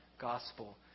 gospel